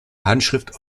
handschrift